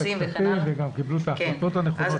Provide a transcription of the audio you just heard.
הכספים וגם קיבלו את ההחלטות הנכונות שם.